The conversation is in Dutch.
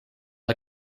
dat